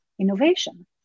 innovation